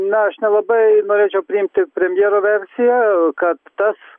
na aš nelabai norėčiau priimti premjero versiją kad tas